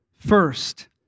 First